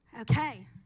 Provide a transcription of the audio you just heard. Okay